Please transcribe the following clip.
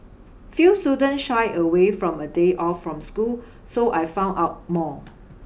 few students shy away from a day off from school so I found out more